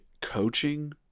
coaching